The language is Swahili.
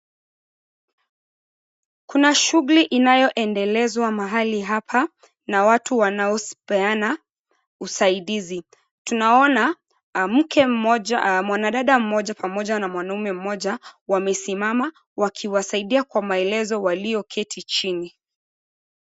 Kuna shughuli inayoendelezwa mahali hapa na watu wanaopeana usaidizi. Tunaona mke mmoja mwanadada mmoja pamoja na mwanaume mmoja wamesimama wakiwasaidia kwa maelezo walioketi chini.